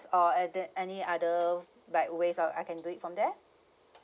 or at the any other like ways uh I can do it from there